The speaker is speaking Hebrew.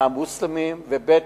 המוסלמים וב.